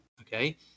okay